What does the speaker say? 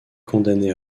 condamné